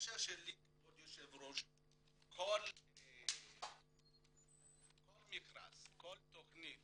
הבקשה שלי, כבוד היושב-ראש, שלפני שכל מכרז ותכנית